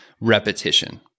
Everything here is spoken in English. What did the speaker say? repetition